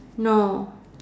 no